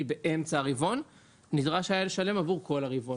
באמצע הרבעון היה נדרש לשלם עבור כל הרבעון.